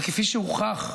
כפי שהוכח,